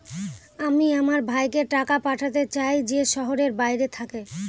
আমি আমার ভাইকে টাকা পাঠাতে চাই যে শহরের বাইরে থাকে